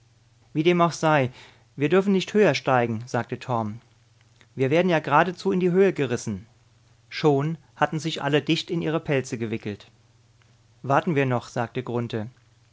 wie dem auch sei wir dürfen nicht höher steigen sagte torm wir werden ja geradezu in die höhe gerissen schon hatten sich alle dicht in ihre pelze gewickelt warten wir noch sagte